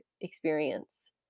experience